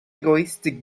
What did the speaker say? egoistic